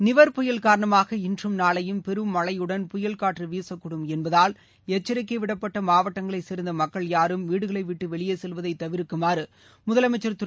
நிவர் புயல் காரணமாக இன்றும் நாளையும் பெரும் மழையுடன் புயல் காற்று வீசக்கூடும் என்பதால் எச்சரிக்கை விடப்பட்ட மாவட்டங்களைச் சேர்ந்த மக்கள் யாரும் வீடுகளை விட்டு வெளியே செல்வதை தவிர்க்குமாறு முதலமைச்சர் திரு